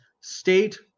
state